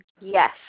yes